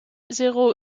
zéro